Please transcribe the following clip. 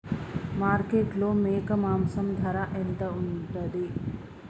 మార్కెట్లో మేక మాంసం ధర ఎంత ఉంటది?